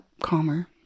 calmer